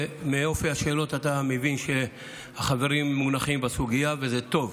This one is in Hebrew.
מאופי השאלות אתה מבין שהחברים מונחים בסוגיה וזה טוב.